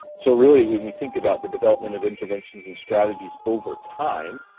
so really when we think about the development of interventions and strategies over time,